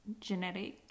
genetic